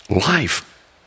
Life